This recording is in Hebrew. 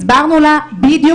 הסברנו לה בדיוק,